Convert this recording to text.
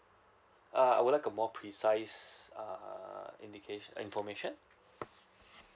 uh I would like a more precise uh indication information